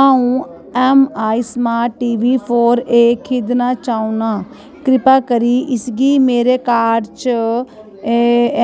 अ'ऊं ऐम्म I smart TV four A खरीदना चाह्न्नां कृपा करी इसगी मेरे कार्ट च